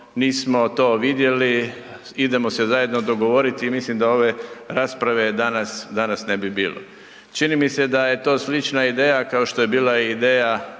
nismo to vidjeli, idemo se zajedno dogovoriti i mislim da ove rasprave danas ne bi bilo. Čini mi se da je to slična ideja kao što je bila ideja